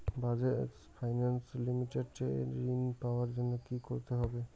Bajaj finance limited এ ঋন পাওয়ার জন্য কি করতে হবে?